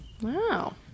Wow